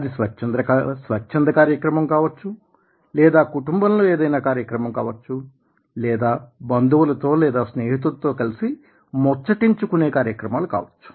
అది స్వచ్ఛంద కార్యక్రమం కావచ్చు లేదా కుటుంబంలో ఏదైనా కార్యక్రమం కావచ్చు లేదా బంధువులతో లేదా స్నేహితులతో కలిసి ముచ్చటించుకునే కార్యక్రమాలు కావచ్చు